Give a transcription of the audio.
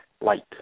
light